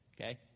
okay